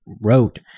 wrote